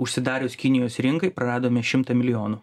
užsidarius kinijos rinkai praradome šimtą milijonų